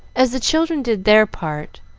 as the children did their part,